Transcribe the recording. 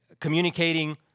communicating